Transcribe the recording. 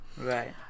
Right